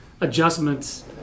adjustments